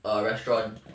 a restaurant